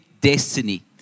destiny